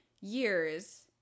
years